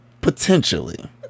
Potentially